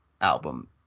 album